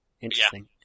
Interesting